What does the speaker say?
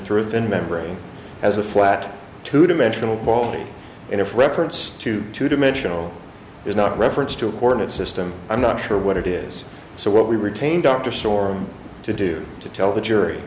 thin membrane has a flat two dimensional quality in a reference to two dimensional is not referenced to important system i'm not sure what it is so what we retained dr store to do to tell the jury